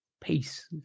Peace